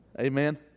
Amen